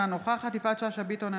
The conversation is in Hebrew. אינה נוכחת יפעת שאשא ביטון,